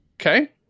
Okay